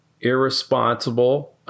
irresponsible